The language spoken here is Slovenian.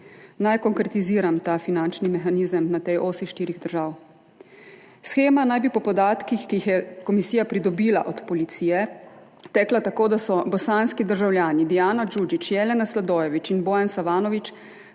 Naj konkretiziram ta finančni mehanizem na tej osi štirih držav. Shema naj bi po podatkih, ki jih je komisija pridobila od policije, tekla tako, da so bosanski državljani Dijana Đuđić, Jelena Sladojević in Bojan Savanović